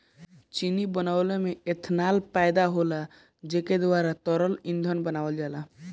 चीनी बनवले में एथनाल पैदा होला जेकरे द्वारा तरल ईंधन बनावल जाला